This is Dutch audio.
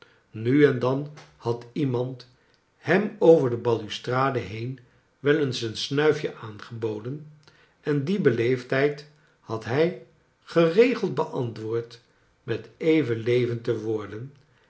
nu en dan had iemand hem over de balustrade heen wel eens een snuifje aangeboden en die beleefdheid had hij geregeld beantwoord met even levend te worden